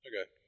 Okay